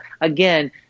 again